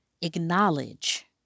Acknowledge